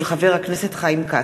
של חבר הכנסת חיים כץ,